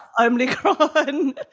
Omicron